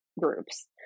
groups